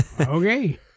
Okay